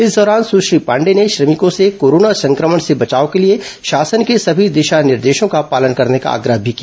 इस दौरान सुश्री पांडेय ने श्रमिकों से कोरोना संक्रमण से बचाव के लिए शासन के सभी दिशा निर्देशों का पालन करने का आग्रह भी किया